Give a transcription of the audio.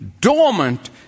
dormant